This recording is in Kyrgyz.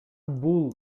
бул